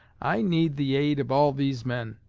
i need the aid of all of these men.